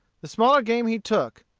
the smaller game he took,